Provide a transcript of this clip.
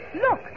Look